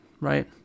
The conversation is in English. right